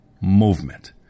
movement